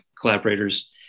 collaborators